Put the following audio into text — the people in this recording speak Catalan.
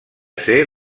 ser